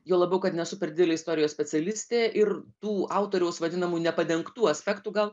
juo labiau kad nesu per didelė istorijos specialistė ir tų autoriaus vadinamų nepadengtų aspektų gal